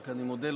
רק אני מודה,